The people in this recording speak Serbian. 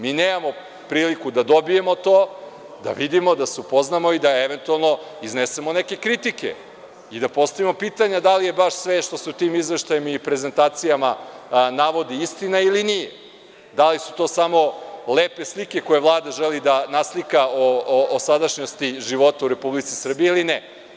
Mi nemamo priliku da dobijemo to, da vidimo, da se upoznamo i da eventualno iznesemo neke kritike, kao i da postavimo pitanja da li je sve što se u tim izveštajima i prezentacijama navodi istina ili nije, da li su to samo lepe slike koje Vlada želi da naslika o sadašnjosti, životu u Republici Srbiji ili ne.